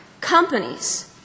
companies